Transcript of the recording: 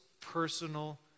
personal